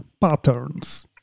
patterns